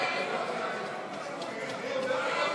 הודעת